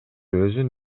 өзүн